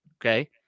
okay